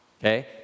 okay